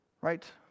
right